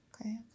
Okay